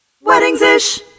Weddings-ish